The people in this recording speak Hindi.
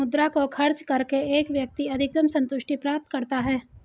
मुद्रा को खर्च करके एक व्यक्ति अधिकतम सन्तुष्टि प्राप्त करता है